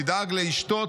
תדאג לאשתו,